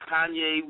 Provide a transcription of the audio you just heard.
Kanye